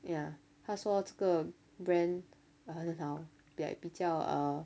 ya 他说这个 brand 很好 like 比较 err